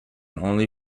only